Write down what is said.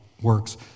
works